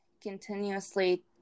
continuously